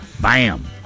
bam